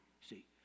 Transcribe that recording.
see